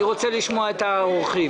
אני רוצה לשמוע את האורחים.